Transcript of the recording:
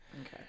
Okay